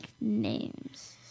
names